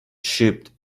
shipped